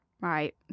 Right